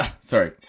Sorry